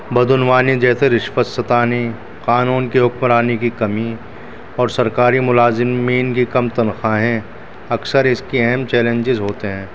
بدعنوانی جیسے رشوت ستانی قانون کی حکمرانی کی کمی اور سرکاری ملازمین کی کم تنخواہیں اکثر اس کی اہم چیلنجز ہوتے ہیں